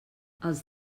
els